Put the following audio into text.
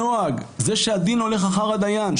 הנוהג זה שהדין הולך אחר הדיין,